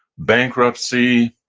bankruptcy,